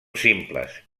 simples